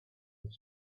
his